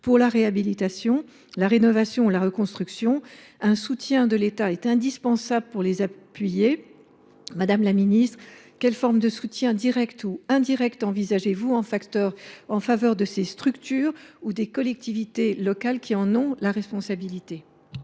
pour la réhabilitation, la rénovation et la reconstruction de ces bâtiments. Un soutien de l’État est indispensable pour les appuyer. Madame la ministre, quelles formes de soutien direct ou indirect envisagez vous en faveur de ces structures ou des collectivités locales qui en ont la responsabilité ?